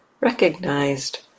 recognized